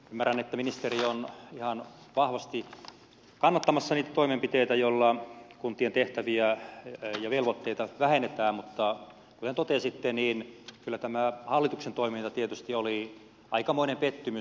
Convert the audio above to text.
ymmärrän että ministeri on ihan vahvasti kannattamassa niitä toimenpiteitä joilla kuntien tehtäviä ja velvoitteita vähennetään mutta kuten totesitte kyllä tämä hallituksen toiminta tietysti oli aikamoinen pettymys